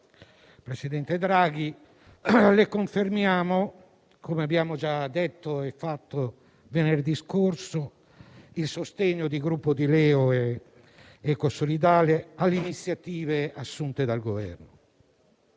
presidente Draghi, le confermiamo, come abbiamo già detto e fatto venerdì scorso, il sostegno del Gruppo LeU-Ecosolidali alle iniziative assunte dal Governo